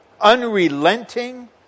unrelenting